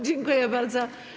Dziękuję bardzo.